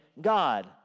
God